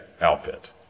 outfit